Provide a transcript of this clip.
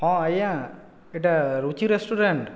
ହଁ ଆଜ୍ଞା ଏଇଟା ରୁଚି ରେଷ୍ଟୁରାଣ୍ଟ